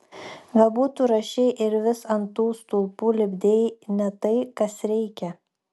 galbūt tu rašei ir vis ant tų stulpų lipdei ne tai kas reikia